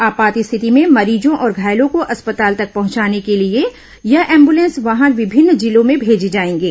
आपात स्थिति में मरीजों और घायलों को अस्पताल तक पहुंचाने के लिए यह एम्ब्रेलेंस वाहन विभिन्न जिलों में भेजे जाएंगे